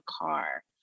car